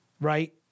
right